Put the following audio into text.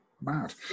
mad